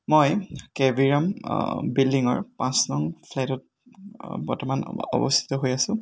মই K B Ram বিল্ডিঙৰ পাচ নং ফ্লেটত বৰ্তমান অৱস্থিত হৈ আছোঁ